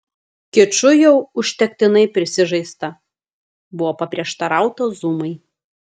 kiču jau užtektinai prisižaista buvo paprieštarauta zumai